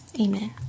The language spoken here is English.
Amen